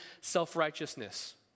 self-righteousness